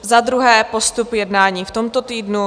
Za druhé postup jednání v tomto týdnu.